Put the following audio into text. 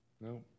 No